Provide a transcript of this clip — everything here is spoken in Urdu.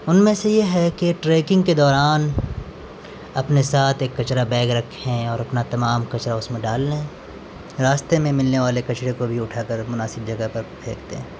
ان میں سے یہ ہے کہ ٹریکنگ کے دوران اپنے ساتھ ایک کچرہ بیگ رکھیں اور اپنا تمام کچرہ اس میں ڈال لیں راستے میں ملنے والے کچرے کو بھی اٹھا کر مناسب جگہ پر پھینک دیں